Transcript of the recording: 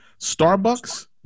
Starbucks